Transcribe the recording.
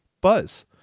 buzz